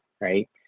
right